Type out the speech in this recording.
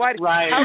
right